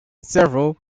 several